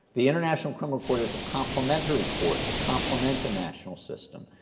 the international criminal court is a complementary court to complement a national system.